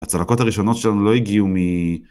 הצלקות הראשונות שלנו לא הגיעו מ...